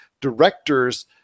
directors